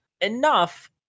enough